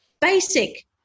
Basic